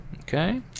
Okay